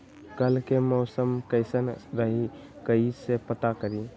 कल के मौसम कैसन रही कई से पता करी?